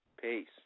Peace